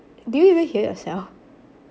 do you even hear yourself